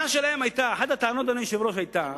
אחת הטענות, אדוני היושב-ראש, היתה